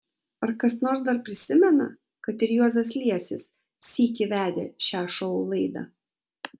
ar kas nors dar prisimena kad ir juozas liesis sykį vedė šią šou laidą